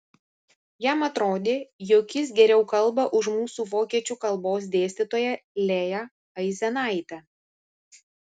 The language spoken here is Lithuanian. jam atrodė jog jis geriau kalba už mūsų vokiečių kalbos dėstytoją lėją aizenaitę